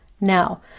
Now